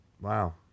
Wow